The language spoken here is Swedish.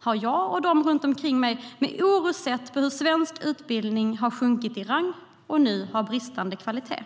har jag och de runt omkring mig med oro sett hur svensk utbildning har sjunkit i rang och nu har bristande kvalitet.